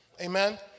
Amen